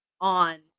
on